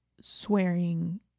swearing